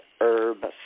Herb